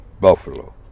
Buffalo